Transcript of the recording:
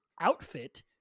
outfit